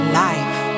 life